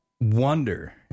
wonder